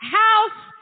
house